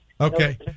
Okay